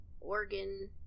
organ